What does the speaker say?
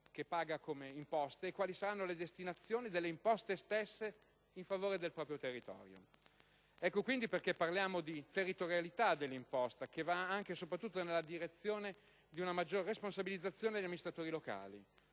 che paga in imposte e quali saranno le destinazioni delle imposte stesse a favore del proprio territorio. Ecco, quindi, perché parliamo di territorialità dell'imposta che va anche e soprattutto nella direzione di una maggiore responsabilizzazione degli amministratori locali.